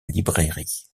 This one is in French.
librairie